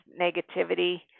negativity